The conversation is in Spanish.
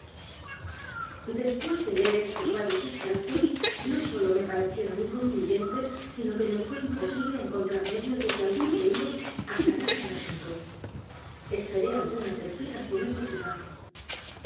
después de leer estos varios extractos no sólo me parecieron inconcluyentes sino que me fué imposible encontrar medio de que alguno de ellos aclarara el asunto esperé algunas explicaciones dedupin